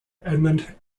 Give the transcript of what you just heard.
edmund